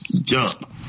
jump